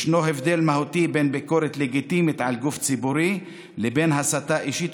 ישנו הבדל מהותי בין ביקורת לגיטימית על גוף ציבורי לבין הסתה אישית